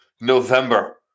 November